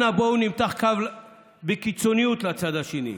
אנא בואו נמתח קו בקיצוניות לצד השני,